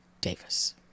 Davis